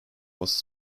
was